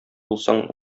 булсаң